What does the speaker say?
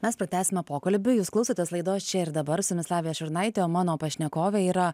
mes pratęsime pokalbių jūs klausotės laidos čia ir dabar su jumis lavija šiurnaitė o mano pašnekovė yra